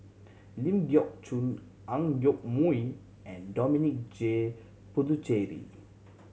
Ling Geok Choon Ang Yoke Mooi and Dominic J Puthucheary